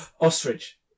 Ostrich